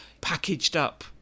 packaged-up